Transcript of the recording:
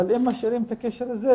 אבל אם משאירים את הקשר הזה,